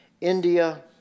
India